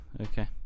okay